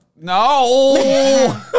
No